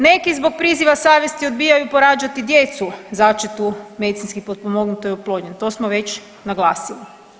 Neki zbog priziva savjesti odbijaju porađati djecu začetu medicinski potpomognutom oplodnjom, to smo već naglasili.